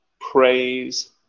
praise